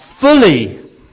fully